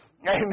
Amen